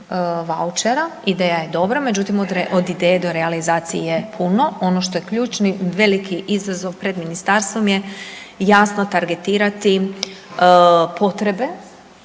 ideja je dobra, međutim od ideje do realizacije je puno. Ono što je ključni veliki izazov pred ministarstvom je jasno targetirati potrebe